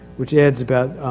which adds about,